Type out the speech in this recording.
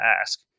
ask